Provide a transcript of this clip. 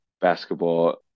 basketball